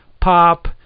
pop